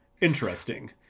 interesting